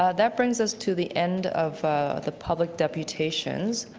ah that brings us to the end of the public deputations.